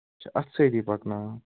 اَچھا سۭتی پکاناوان